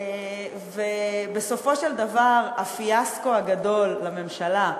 ובסופו של דבר הפיאסקו הגדול לממשלה,